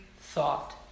thought